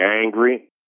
angry